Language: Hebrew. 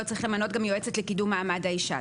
צריך למנות גם יועצת לקידום מעמד האישה,